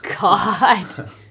God